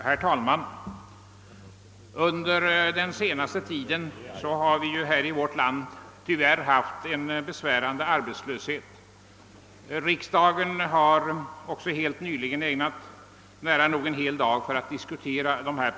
Herr talman! Under senaste tiden har vi här i vårt land tyvärr haft en mycket besvärande arbetslöshet, och riksdagen har nu ägnat nästan en hel dag åt att diskutera den saken.